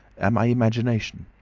am i imagination?